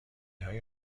های